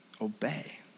Obey